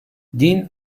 din